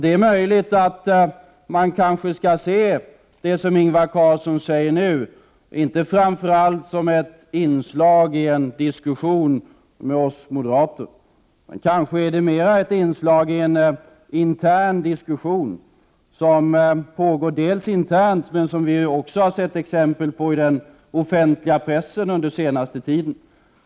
Det är möjligt att man kanske skall se det Ingvar Carlsson säger inte framför allt som ett inslag i en diskussion med oss moderater utan mera som ett inslag i en intern diskussion som pågår och som vi också sett exempel på i den offentliga pressen under den senaste tiden.